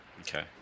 Okay